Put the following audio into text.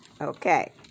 Okay